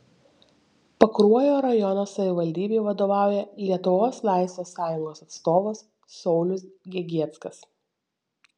pakruojo rajono savivaldybei vadovauja lietuvos laisvės sąjungos atstovas saulius gegieckas